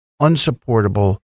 Unsupportable